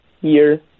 year